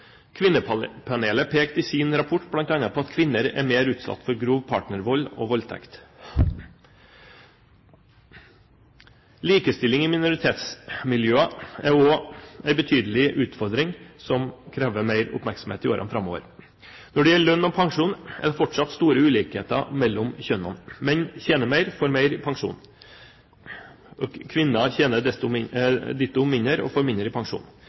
Kvinnepanelet pekte i sin rapport bl.a. på at kvinner er mer utsatt for grov partnervold og voldtekt. Likestilling i minoritetsmiljøer er også en betydelig utfordring som krever mer oppmerksomhet i årene framover. Når det gjelder lønn og pensjon, er det fortsatt store ulikheter mellom kjønnene. Menn tjener mer og får mer i pensjon, og kvinner tjener ditto mindre og får mindre i pensjon.